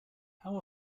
how